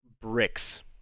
bricks